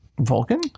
Vulcan